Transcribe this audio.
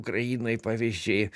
ukrainoj pavyzdžiai